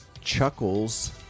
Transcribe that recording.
Chuckles